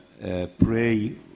pray